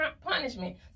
punishment